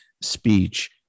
speech